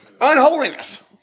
unholiness